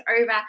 over